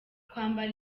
kwambara